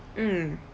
mm